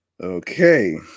Okay